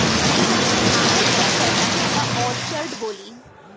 যেই বাগানে আঙ্গুর চাষ হয় তাকে আমরা অর্চার্ড বলি